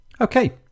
Okay